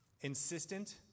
insistent